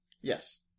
Yes